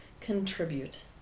Contribute